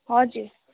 हजुर